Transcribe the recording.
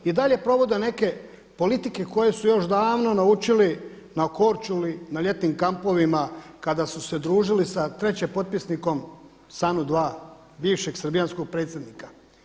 I dalje provode neke politike koje su još davno naučili na Korčuli, na ljetnim kampovima kada su se družili sa treće potpisnikom … bivšeg srbijanskog predsjednika.